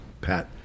Pat